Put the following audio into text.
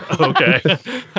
Okay